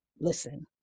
Listen